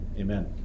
amen